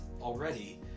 already